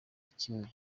kimwe